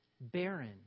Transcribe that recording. barren